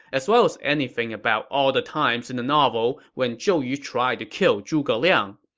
as well as anything about all the times in the novel when zhou yu tried to kill zhuge liang.